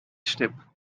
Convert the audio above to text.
step